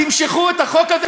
תמשכו את החוק הזה,